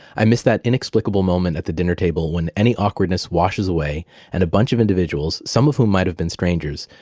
i miss that inexplicably moment at the dinner table when any awkwardness washes away and a bunch of individuals, some of whom might've been strangers,